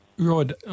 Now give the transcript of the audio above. Rod